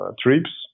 trips